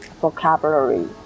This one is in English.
vocabulary